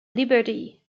liberty